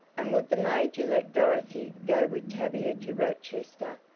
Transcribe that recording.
and would the major let dorothy go with tavia to rochester,